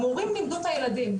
המורים לימדו את הילדים,